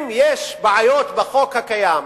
אם יש בעיות בחוק הקיים,